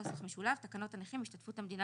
נוסח משולב תקנות הנכים השתתפות המדינה